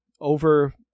over